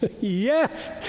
yes